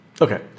Okay